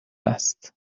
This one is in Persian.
است